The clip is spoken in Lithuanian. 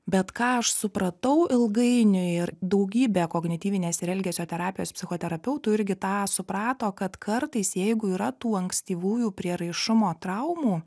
bet ką aš supratau ilgainiui ir daugybė kognityvinės ir elgesio terapijos psichoterapeutų irgi tą suprato kad kartais jeigu yra tų ankstyvųjų prieraišumo traumų